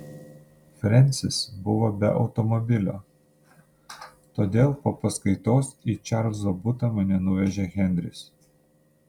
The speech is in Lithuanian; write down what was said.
frensis buvo be automobilio todėl po paskaitos į čarlzo butą mane nuvežė henris